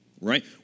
right